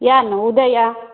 या नं उदया या